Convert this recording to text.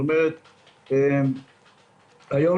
היום,